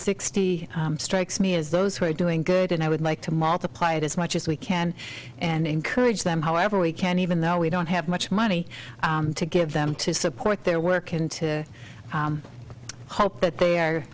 sixty strikes me as those who are doing good and i would like to multiply it as much as we can and encourage them however we can even though we don't have much money to give them to support their work and to hope that they are